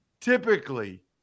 Typically